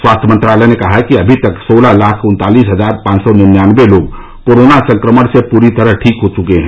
स्वास्थ्य मंत्रालय ने कहा है कि अभी तक सोलह लाख उन्तालीस हजार पांच सौ निन्यानबे लोग कोरोना संक्रमण से पूरी तरह ठीक हो चुके हैं